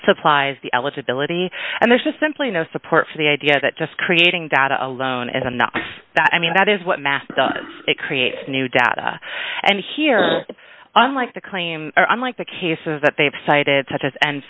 supplies the eligibility and there's just simply no support for the idea that just creating data alone is enough that i mean that is what math does it creates new data and here unlike the claim or unlike the cases that they've cited